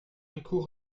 bricout